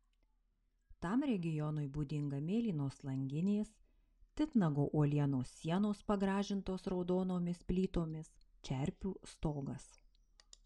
tam regionui būdinga mėlynos langinės titnago uolienos sienos pagražintos raudonomis plytomis čerpių stogas